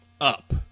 up